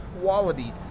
quality